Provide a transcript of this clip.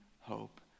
hope